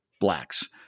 Blacks